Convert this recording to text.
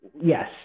Yes